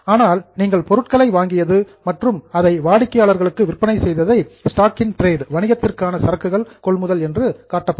ஆனால் நீங்கள் பொருட்களை வாங்கியது மற்றும் அதை கஸ்டமர் வாடிக்கையாளர்களுக்கு விற்பனை செய்ததை ஸ்டாக் இன் டிரேட் வணிகத்திற்கான சரக்குகள் கொள்முதல் என்று காட்டப்படும்